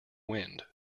wind